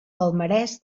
palmarès